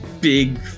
big